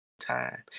Time